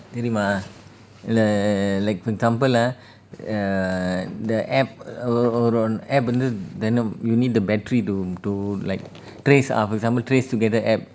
தெரியுமா:theriuma l~ like for example ah err the app hold hold on app வந்து:vanthu you need the battery to to like trace ah for example trace together app